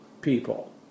people